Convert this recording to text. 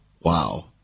Wow